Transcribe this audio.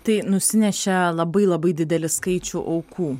tai nusinešė labai labai didelį skaičių aukų